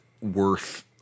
worth